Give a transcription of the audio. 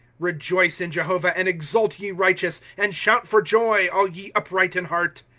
rejoice in jehovah, and exult ye righteous and shout for joy, all ye upright in heart.